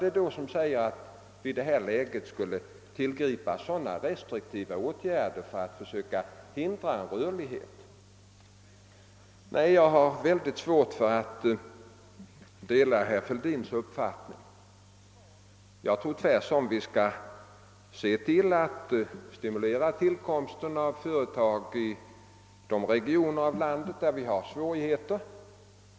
Vad säger att vi i det läge vi nu har skulle tillgripa sådana restriktiva åtgärder för att försöka hindra en rörlighet? Jag har mycket svårt att dela herr Fälldins uppfattning. Jag tror att vi skall se till att stimulera tillkomsten av företag i de regioner av landet där vi har svårigheter.